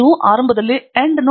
ನೀವು ಆರಂಭದಲ್ಲಿ endnote